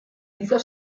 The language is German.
dieser